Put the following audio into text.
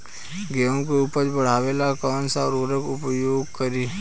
गेहूँ के उपज बढ़ावेला कौन सा उर्वरक उपयोग करीं?